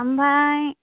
ओमफाय